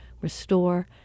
restore